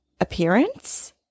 appearance